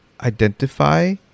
identify